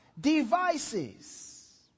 Devices